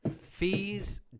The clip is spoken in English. fees